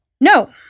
no